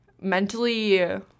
mentally